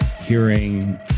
hearing